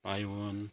Taiwan